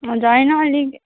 म चाहिँ होइन अलिक